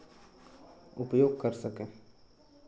उपयोग कर सकें